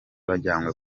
bajanywe